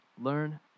Learn